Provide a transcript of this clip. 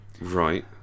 Right